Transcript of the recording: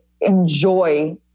enjoy